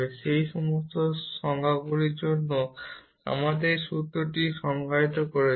সেই সমস্ত সংজ্ঞাগুলির জন্য যে আমরা এই সূত্রটি সংজ্ঞায়িত করেছি